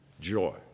joy